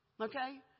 Okay